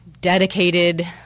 dedicated